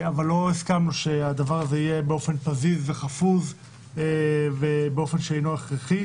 אבל לא הסכמנו שהדבר הזה יהיה באופן פזיז וחפוז ובאופן שאינו הכרחי.